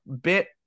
bit